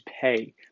pay